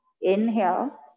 Inhale